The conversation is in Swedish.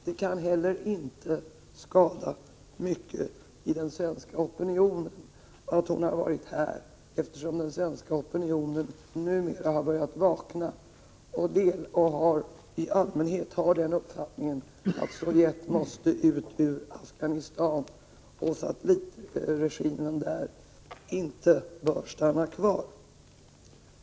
Det kan heller inte skada den svenska opinionen mycket att hon varit här, eftersom den svenska opinionen numera har börjat vakna och folk i allmänhet har den uppfattningen att Sovjet måste ut ur Afghanistan och att satellitregimen där inte bör stanna kvar.